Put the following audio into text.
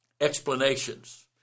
explanations